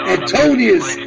Antonius